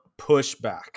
pushback